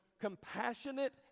compassionate